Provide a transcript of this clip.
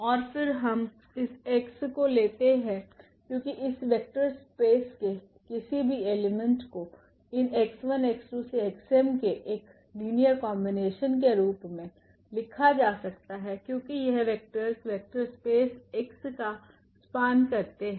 और फिर हम इस x को लेते है क्योंकि इस वेक्टर स्पेस के किसी भी एलिमेंट को इन 𝑥1𝑥2𝑥𝑚 के एक लिनियर कॉम्बिनेशन के रूप में लिखा जा सकता है क्योकि यह वेक्टरस वेक्टर स्पेस x का स्पेन करते है